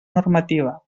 normativa